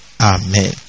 Amen